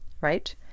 Right